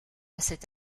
cette